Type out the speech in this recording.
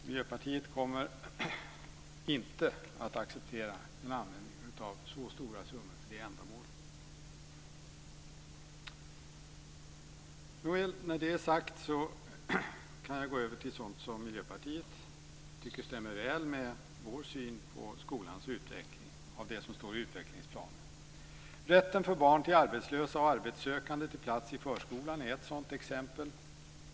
Miljöpartiet kommer inte att acceptera en användning av så stora summor för det ändamålet. När det är sagt kan jag gå över till att tala om sådant i utvecklingsplanen som Miljöpartiet tycker stämmer väl med vår syn på skolans utveckling. Rätten för barn till arbetslösa och arbetssökande att få plats i förskolan är ett sådant exempel.